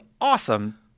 awesome